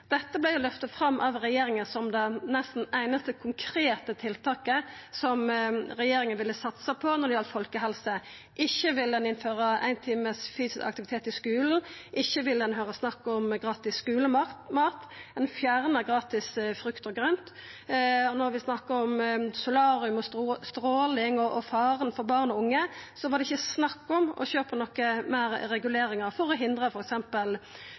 fram av regjeringa som nesten det einaste konkrete tiltaket som regjeringa ville satsa på når det gjeld folkehelse. Ikkje ville ein innføra ein time fysisk aktivitet i skulen, ikkje ville ein høyra snakk om gratis skulemat, ein fjerna gratis frukt og grønt, og når vi snakka om solarium, stråling og faren for barn og unge, var det ikkje snakk om å sjå på nokon fleire reguleringar for å hindra